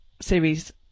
series